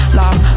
love